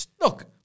Look